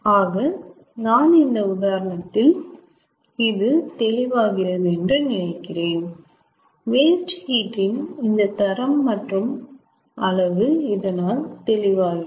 ஆக நான் இந்த உதாரணத்தில் இது தெளிவாகிறது என்று நினைக்கிறேன் வேஸ்ட் ஹீட் இந்த தரம் மற்றும் அளவு இதனால் தெளிவாகிறது